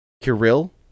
Kirill